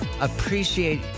appreciate